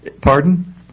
pardon